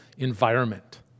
environment